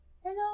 hello